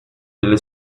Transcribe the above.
delle